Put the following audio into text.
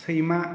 सैमा